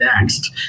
next